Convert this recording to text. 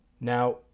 now